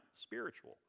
spiritual